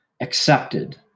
accepted